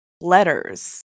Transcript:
letters